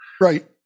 right